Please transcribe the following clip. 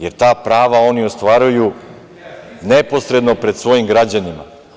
Jer ta prava oni ostvaruju neposredno pred svojim građanima.